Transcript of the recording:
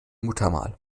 muttermal